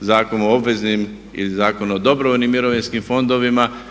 Zakonu o obveznim i Zakonu o dobrovoljnim mirovinskim fondovima,